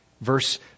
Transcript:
Verse